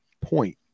point